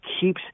keeps